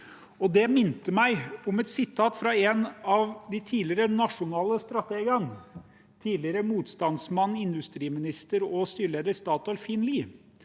Det minte meg om et sitat fra en av de tidligere nasjonale strategene, en tidligere motstandsmann, industriminister og styreleder i Statoil, Finn